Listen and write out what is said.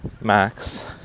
Max